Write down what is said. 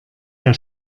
der